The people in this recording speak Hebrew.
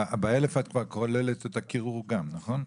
ב-1,000 את כבר כוללת את הקירור גם, נכון?